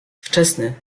wczesny